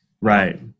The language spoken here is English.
Right